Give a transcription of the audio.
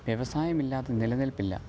വ്യവസായമില്ലാതെ നിലനില്പ്പില്ല